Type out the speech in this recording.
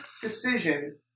decision